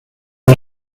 han